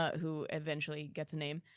who eventually gets a name,